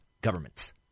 governments